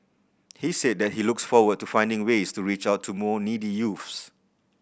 he said that he looks forward to finding ways to reach out to more needy youths